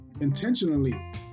intentionally